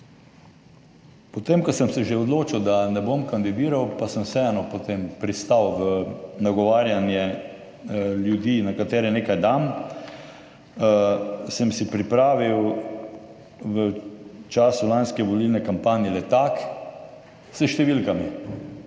Potem ko sem se že odločil, da ne bom kandidiral, pa sem vseeno potem pristal na prigovarjanje ljudi, na katere nekaj dam, sem si pripravil v času lanske volilne kampanje letak s številkami,